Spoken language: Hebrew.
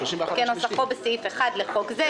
כנוסחו בסעיף 1 לחוק זה,